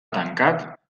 tancat